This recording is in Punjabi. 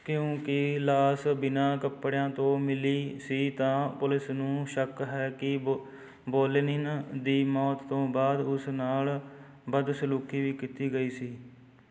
ਕਿਉਂਕਿ ਲਾਸ਼ ਬਿਨਾਂ ਕੱਪੜਿਆਂ ਤੋਂ ਮਿਲੀ ਸੀ ਤਾਂ ਪੁਲਿਸ ਨੂੰ ਸ਼ੱਕ ਹੈ ਕਿ ਬ ਬੋਲੀਨਿਨ ਦੀ ਮੌਤ ਤੋਂ ਬਾਅਦ ਉਸ ਨਾਲ ਬਦਸਲੂਕੀ ਵੀ ਕੀਤੀ ਗਈ ਸੀ